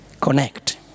connect